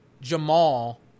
Jamal